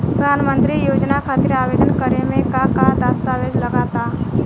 प्रधानमंत्री योजना खातिर आवेदन करे मे का का दस्तावेजऽ लगा ता?